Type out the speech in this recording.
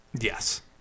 Yes